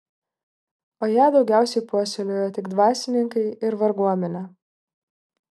o ją daugiausiai puoselėjo tik dvasininkai ir varguomenė